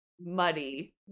muddy